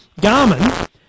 Garmin